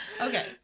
Okay